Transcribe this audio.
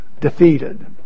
defeated